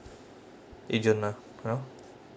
agent lah !huh!